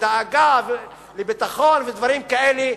דאגה לביטחון ודברים כאלה,